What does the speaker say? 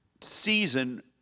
season